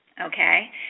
Okay